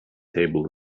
table